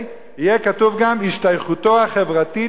יהיה כתוב גם "השתייכותו החברתית",